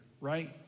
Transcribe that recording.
Right